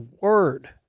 word